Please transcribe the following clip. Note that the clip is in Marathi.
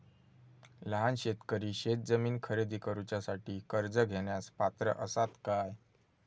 लहान शेतकरी शेतजमीन खरेदी करुच्यासाठी कर्ज घेण्यास पात्र असात काय?